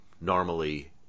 normally